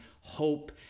hope